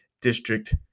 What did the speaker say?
District